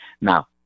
now